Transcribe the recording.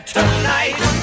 Tonight